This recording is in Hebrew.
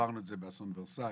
עברנו את זה באסון ורסאי,